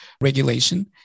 regulation